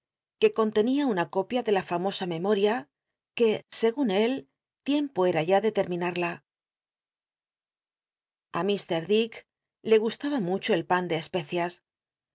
que contenía una copia de la famosa memoria que segun él tiempo era ya de terminarla a ilr dick le gustaba mucho el pan de especias